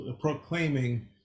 proclaiming